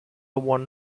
won